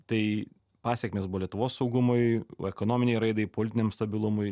tai pasekmės buvo lietuvos saugumui ekonominei raidai politiniam stabilumui